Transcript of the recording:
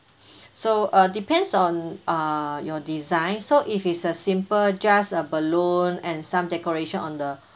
so uh depends on uh your design so if it's a simple just a balloon and some decoration on the